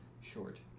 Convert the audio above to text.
short